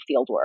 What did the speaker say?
fieldwork